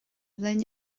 linn